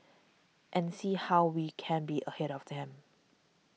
and see how we can be ahead of them